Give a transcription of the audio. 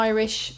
Irish